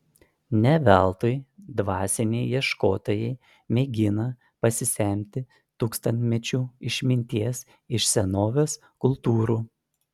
ne veltui dvasiniai ieškotojai mėgina pasisemti tūkstantmečių išminties iš senovės kultūrų